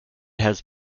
has